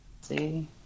See